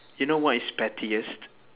you know what is pettiest